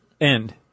End